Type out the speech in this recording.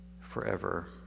forever